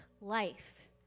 life